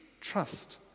trust